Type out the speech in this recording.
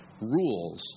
rules